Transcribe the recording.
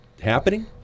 happening